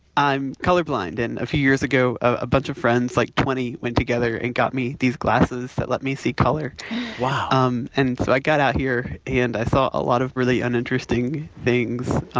i'm colorblind. and a few years ago, a bunch of friends like, twenty went together and got me these glasses that let me see color wow um and so i got out here, here, and i saw a lot of really uninteresting things.